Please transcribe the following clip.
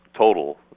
total